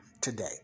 today